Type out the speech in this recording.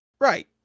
right